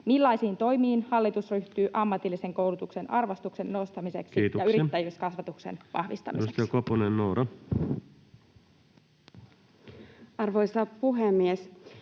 millaisiin toimiin hallitus ryhtyy ammatillisen koulutuksen arvostuksen nostamiseksi [Puhemies: Kiitoksia!] ja yrittäjyyskasvatuksen vahvistamiseksi? [Speech